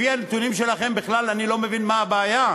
לפי הנתונים שלכם אני בכלל לא מבין מה הבעיה.